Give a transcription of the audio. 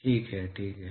ठीक है ठीक है